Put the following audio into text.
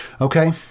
Okay